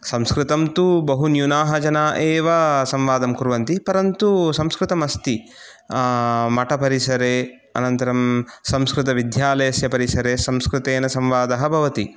संस्कृतं तु बहु न्यूनाः जनाः एव संवादं कुर्वन्ति परन्तु संस्कृतम् अस्ति मठपरिसरे अनन्तरं संस्कृतविद्यालयस्य परिसरे संस्कृतेन संवादः भवति